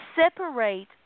separate